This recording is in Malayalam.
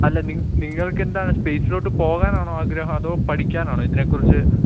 അല്ല നിങ്ങൾക്കെന്താണ് സ്പേസിലോട്ട് പോകാനാണോ ആഗ്രഹം അതോ പഠിക്കാനാണോ ഇതിനെക്കുറിച്ച്